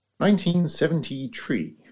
1973